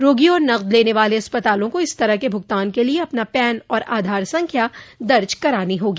रोगी और नकद लेने वाले अस्पताल को इस तरह के भुगतान के लिए अपना पैन और आधार संख्या दर्ज करानी होगी